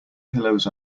pillows